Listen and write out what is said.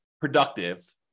productive